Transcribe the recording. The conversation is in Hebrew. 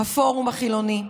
הפורום החילוני,